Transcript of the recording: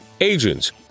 agents